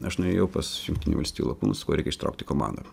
aš nuėjau pas jungtinių valstijų lakūnus sakau reikia ištraukti komandą